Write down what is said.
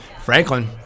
Franklin